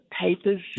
papers